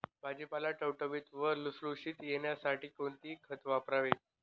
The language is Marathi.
भाजीपाला टवटवीत व लुसलुशीत येण्यासाठी कोणते खत वापरावे?